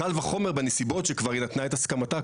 קל וחומר בנסיבות שכבר היא נתנה את הסכמתה,